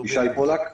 ישי פולק,